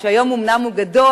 שהיום אומנם הוא גדול,